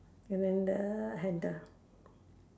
and then the handle